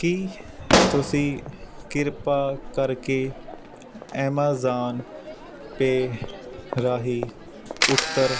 ਕੀ ਤੁਸੀਂ ਕਿਰਪਾ ਕਰਕੇ ਐਮਾਜ਼ਾਨ ਪੇ ਰਾਹੀਂ ਉੱਤਰ